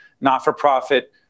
not-for-profit